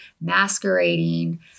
masquerading